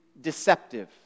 deceptive